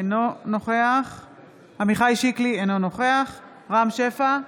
אינו נוכח עמיחי שיקלי, אינו נוכח רם שפע,